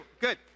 Good